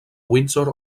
windsor